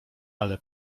ale